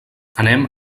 anem